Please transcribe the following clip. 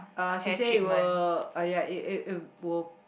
uh she say it will uh ya it it it will